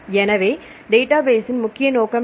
எனவே டேட்டாபேஸ்ஸின் முக்கிய நோக்கம் என்ன